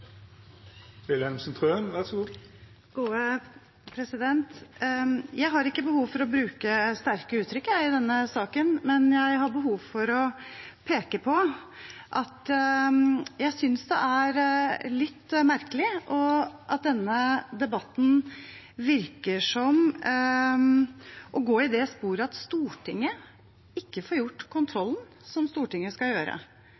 helt avhengige av. Så jeg er veldig glad for at Stortingets flertall fatter det vedtaket det skal gjøre i dag. Jeg har ikke behov for å bruke sterke uttrykk i denne saken, men jeg har behov for å peke på at jeg synes det er litt merkelig at det virker som om at denne debatten går i det sporet at Stortinget ikke får